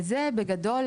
זו בגדול,